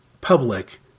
public